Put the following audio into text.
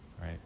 right